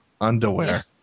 underwear